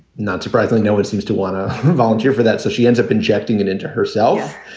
not surprisingly, no one seems to want to volunteer for that. so she ends up injecting it into herself.